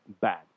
bad